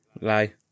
lie